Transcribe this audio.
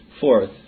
Fourth